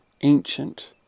ancient